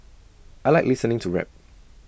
I Like listening to rap